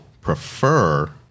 prefer